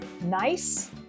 nice